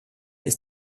ist